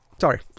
Sorry